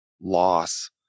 loss